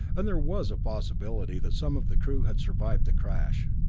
and there was a possibility that some of the crew had survived the crash.